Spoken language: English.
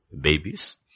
babies